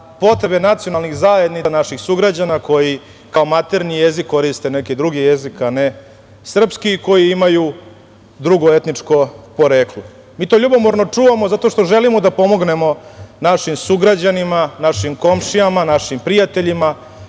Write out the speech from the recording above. potrebe nacionalnih zajednica naših sugrađana, koji kao maternji jezik koriste neki drugi jezik, a ne srpski, i koji imaju drugo etničko poreklo. Mi to ljubomorno čuvamo zato što želimo da pomognemo našim sugrađanima, našim komšijama, našim prijateljima,